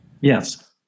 Yes